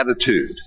attitude